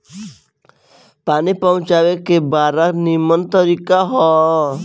पानी पहुँचावे के बड़ा निमन तरीका हअ